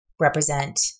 represent